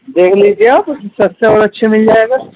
دیکھ لیجیے آپ سستا اور اچھے مل جائے گا